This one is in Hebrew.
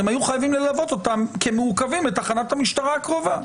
הם היו חייבים ללוות אותם כמעוכבים לתחנת המשטרה הקרובה.